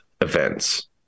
events